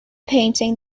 painting